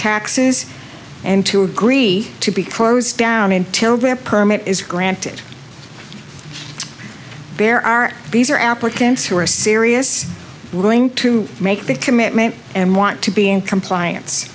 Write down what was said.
taxes and to agree to be closed down until grant permit is granted there are these are applicants who are serious going to make the commitment and want to be in compliance